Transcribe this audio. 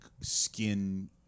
skin